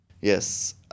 Yes